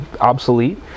obsolete